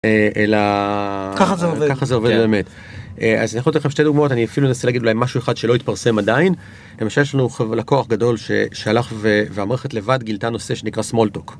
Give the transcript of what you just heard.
אלא ככה זה עובד ככה זה עובד באמת אז אני יכול לתת לכם שתי דוגמאות אני אפילו אנסה להגיד אולי משהו אחד שלא התפרסם עדיין. יש לנו חבר לקוח גדול שהלך והמערכת לבד גילתה נושא שנקרא סמולטוק.